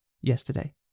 yesterday